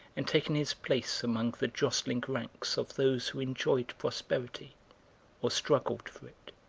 and taken his place among the jostling ranks of those who enjoyed prosperity or struggled for it.